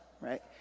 right